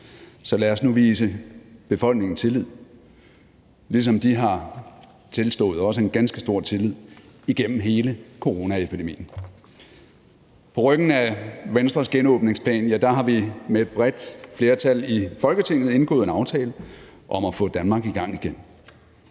så lad os nu vise befolkningen tillid, ligesom de har tilstået os en ganske stor tillid igennem hele coronaepidemien. På ryggen af Venstres genåbningsplan har vi med et bredt flertal i Folketinget indgået en aftale om at få Danmark i gang igen.